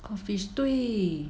codfish 对